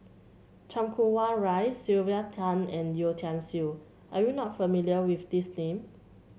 Chan Kum Wah Roy Sylvia Tan and Yeo Tiam Siew are you not familiar with these name